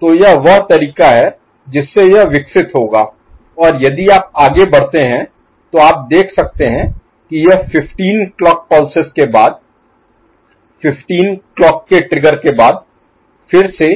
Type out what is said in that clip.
तो यह वह तरीका है जिससे यह विकसित होगा और यदि आप आगे बढ़ते हैं तो आप देख सकते हैं कि यह 15 क्लॉक की पल्सेस के बाद 15 क्लॉक के ट्रिगर के बाद फिर से